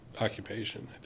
occupation